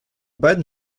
beiden